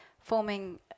forming